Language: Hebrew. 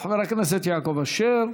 אחריו, חבר הכנסת יעקב אשר,